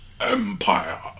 Empire